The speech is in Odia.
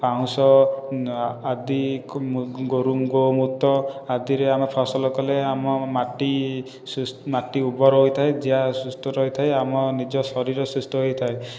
ପାଉଁଶ ଆଦି ଗୋମୂତ୍ର ଆଦିରେ ଆମେ ଫସଲ କଲେ ଆମ ମାଟି ସୁସ ମାଟି ଉର୍ବର ରହିଥାଏ ସୁସ୍ଥ ରହିଥାଏ ଆମ ନିଜ ଶରୀର ସୁସ୍ଥ ରହିଥାଏ